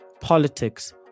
politics